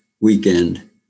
weekend